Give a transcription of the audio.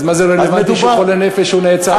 אז מה זה רלוונטי שהוא חולה נפש לזה שהוא נעצר?